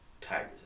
Tigers